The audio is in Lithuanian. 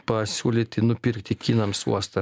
pasiūlyti nupirkti kinams uostą